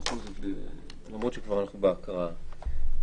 למרות שאנחנו כבר בהקראה.